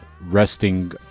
resting